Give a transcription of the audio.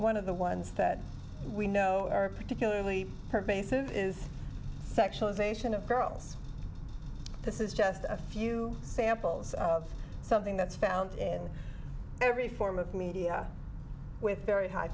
one of the ones that we know are particularly pervasive is sexualization of girls this is just a few samples of something that's found in every form of media with very hi